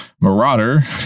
marauder